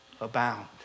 abound